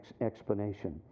explanation